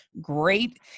great